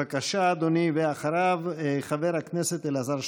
בבקשה, אדוני, ואחריו, חבר הכנסת אלעזר שטרן.